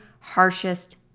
harshest